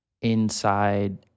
inside